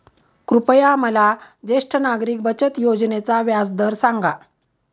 कृपया मला ज्येष्ठ नागरिक बचत योजनेचा व्याजदर सांगा